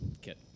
kit